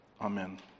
amen